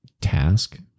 task